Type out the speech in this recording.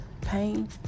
pain